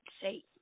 say